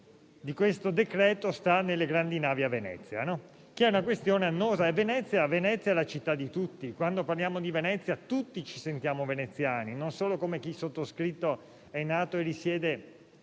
incentrata sulle grandi navi a Venezia, che è una questione annosa. Venezia è la città di tutti. Quando parliamo di Venezia, tutti ci sentiamo veneziani, non solo chi, come il sottoscritto, è nato e risiede